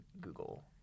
Google